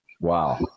Wow